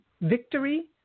victory